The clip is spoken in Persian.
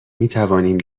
میتوانیم